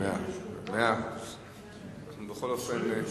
תאמין לי, יש לי עוד עבודה.